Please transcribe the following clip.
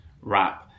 rap